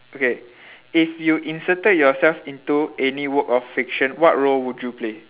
okay if you inserted yourself into any work of fiction what role would you play